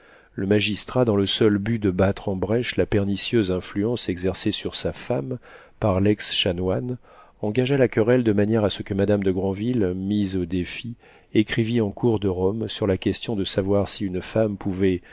le magistrat dans le seul but de battre en brèche la pernicieuse influence exercée sur sa femme par lex chanoine engagea la querelle de manière à ce que madame de granville mise au défi écrivit en cour de rome sur la question de savoir si une femme pouvait